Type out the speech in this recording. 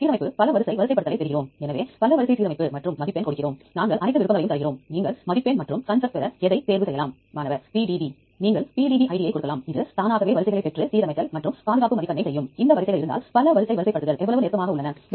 மேலும் நீங்கள் வேறு பைல் வடிவமைப்பை தேர்வு செய்ய விரும்பினால் இந்த விருப்பங்களில் இருந்து அதை தேர்வு செய்யலாம் பிறகு ARSA வில் இரண்டு வகையான தேடல் விருப்பங்கள் உள்ளன ஒன்று விரைவான தேடல் மற்றொன்று மேம்படுத்தப்பட்ட தேடல்